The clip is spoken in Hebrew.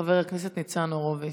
חבר הכנסת ניצן הורוביץ.